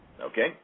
Okay